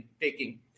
taking